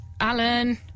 Alan